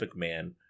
McMahon